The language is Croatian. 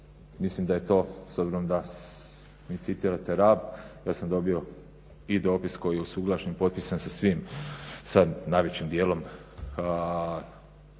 mislim da je to s obzirom da mi citirate Rab, ja sam dobio i dopis koji je usuglašen, potpisan sa svim sad najvećim dijelom